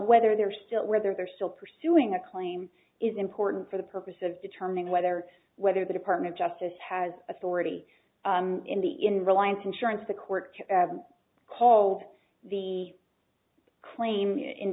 whether they're still whether they're still pursuing a claim is important for the purpose of determining whether whether the department of justice has authority in the in reliance insurance the court called the claim in